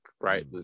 right